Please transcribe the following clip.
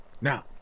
Now